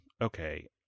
okay